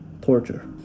torture